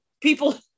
people